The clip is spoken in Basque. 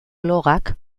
blogak